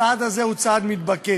הצעד הזה הוא צעד מתבקש.